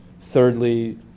Thirdly